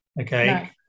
Okay